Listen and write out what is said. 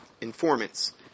informants